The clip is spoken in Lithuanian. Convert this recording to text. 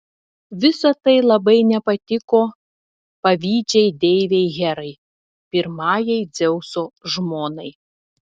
visa tai labai nepatiko pavydžiai deivei herai pirmajai dzeuso žmonai